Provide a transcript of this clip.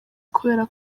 kubera